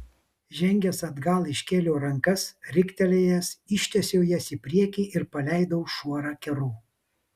žengęs atgal iškėliau rankas riktelėjęs ištiesiau jas į priekį ir paleidau šuorą kerų